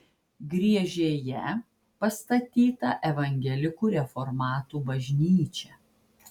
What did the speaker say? griežėje pastatyta evangelikų reformatų bažnyčia